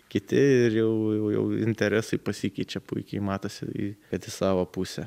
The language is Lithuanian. kiti ir jau jau interesai pasikeičia puikiai matosi kad į savo pusę